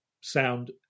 sound